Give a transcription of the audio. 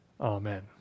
Amen